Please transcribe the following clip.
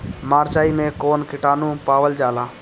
मारचाई मे कौन किटानु पावल जाला?